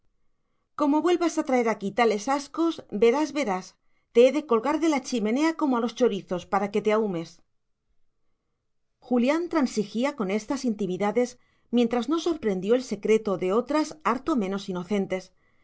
como vuelvas a traer aquí tales ascos verás verás te he de colgar de la chimenea como a los chorizos para que te ahúmes julián transigía con estas intimidades mientras no sorprendió el secreto de otras harto menos inocentes